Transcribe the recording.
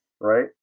right